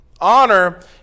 Honor